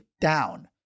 down